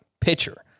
pitcher